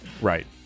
Right